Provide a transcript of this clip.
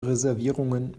reservierungen